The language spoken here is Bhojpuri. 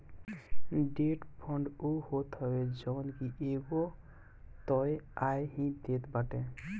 डेट फंड उ होत हवे जवन की एगो तय आय ही देत बाटे